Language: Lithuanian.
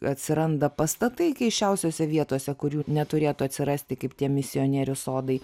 atsiranda pastatai keisčiausiose vietose kur jų neturėtų atsirasti kaip tie misionierių sodai